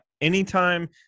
anytime